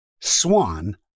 Swan